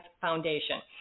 Foundation